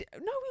no